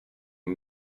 hon